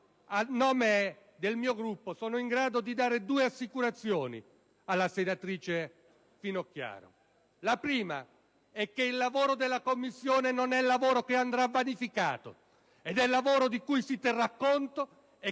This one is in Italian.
a nome del mio Gruppo sono in grado di dare due assicurazioni alla senatrice Finocchiaro. La prima è che il lavoro della Commissione non è lavoro che andrà vanificato ed è lavoro di cui si terrà conto e